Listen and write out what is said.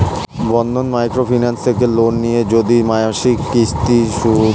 বন্ধন micro finance থেকে loan নিয়ে যদি মাসিক কিস্তি না দিতে পারি সুদের হার কি হবে?